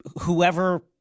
whoever